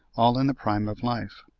all in the prime of life.